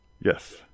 Yes